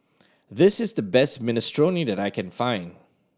this is the best Minestrone that I can find